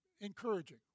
encouraging